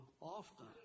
often